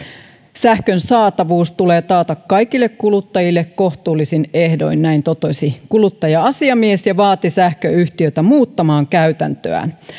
sähkön saatavuus tulee taata kaikille kuluttajille kohtuullisin ehdoin näin totesi kuluttaja asiamies ja vaati sähköyhtiötä muuttamaan käytäntöään